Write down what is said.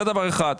זה דבר אחד.